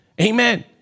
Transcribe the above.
Amen